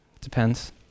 Depends